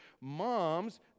moms